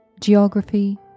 geography